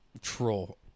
troll